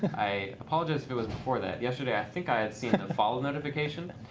i apologize if it was before that. yesterday i think i had seen the follow notification.